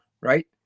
right